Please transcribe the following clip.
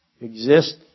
exist